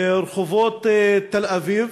ברחובות תל-אביב